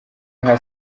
nka